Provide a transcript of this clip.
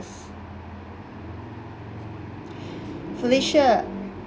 felicia